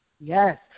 Yes